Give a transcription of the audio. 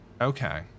Okay